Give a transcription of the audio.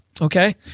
okay